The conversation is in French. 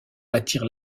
attire